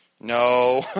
No